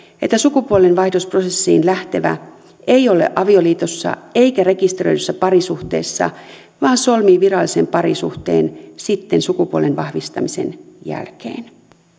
että sukupuolenvaihdosprosessiin lähtevä ei ole avioliitossa eikä rekisteröidyssä parisuhteessa vaan solmii virallisen parisuhteen sitten sukupuolen vahvistamisen jälkeen